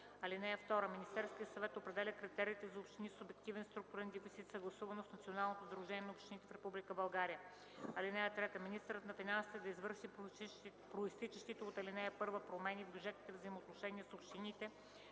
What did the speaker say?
(2) Министерският съвет определя критериите за общини с обективен структурен дефицит, съгласувано с Националното сдружение на общините в Република България. (3) Министърът на финансите да извърши произтичащите от ал. 1 промени в бюджетните взаимоотношения с общините